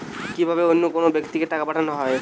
কি ভাবে অন্য কোনো ব্যাক্তিকে টাকা পাঠানো হয়?